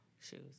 Shoes